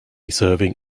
serving